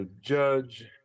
judge